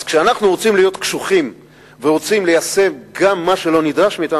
כשאנחנו רוצים להיות קשוחים ורוצים ליישם גם מה שלא נדרש מאתנו,